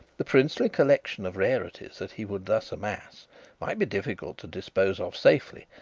the princely collection of rarities that he would thus amass might be difficult to dispose of safely,